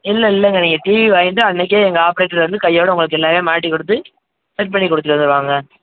இல்லை இல்லைங்க நீங்கள் டிவி வாங்கிகிட்டு அன்றைக்கே எங்கள் ஆப்ரேட்டர் வந்து கையோடு உங்களுக்கு எல்லாமே மாட்டிக் கொடுத்து செட் பண்ணிக் கொடுத்துட்டு வந்துடுவாங்க